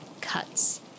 cuts